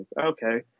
okay